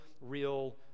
real